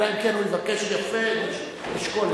אלא אם כן הוא יבקש יפה ונשקול את זה.